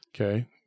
Okay